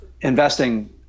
investing